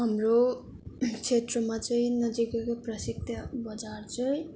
हाम्रो क्षेत्रमा चाहिँ नजिकैको प्रसिद्ध बजार चाहिँ